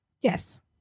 Yes